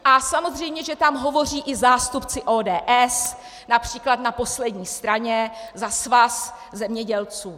A samozřejmě že tam hovoří i zástupci ODS, například na poslední straně za Svaz zemědělců.